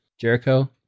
Jericho